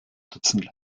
dutzend